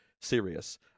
serious